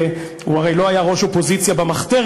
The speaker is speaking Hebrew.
הוא הרי לא היה ראש אופוזיציה במחתרת,